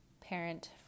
parent